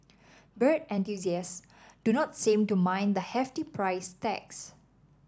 bird enthusiasts do not seem to mind the hefty price tags